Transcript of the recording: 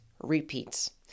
repeats